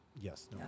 yes